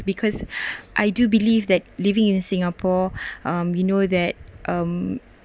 because I do believe that living in singapore um you know that um